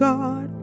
God